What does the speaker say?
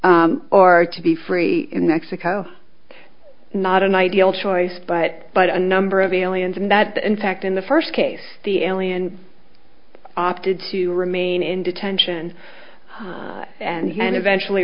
s or to be free in mexico not an ideal choice but but a number of aliens and that in fact in the first case the alien opted to remain in detention and eventually